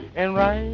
enron